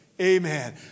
Amen